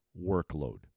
workload